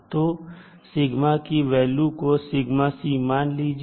तो की वैल्यू को मान लीजिए